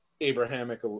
Abrahamic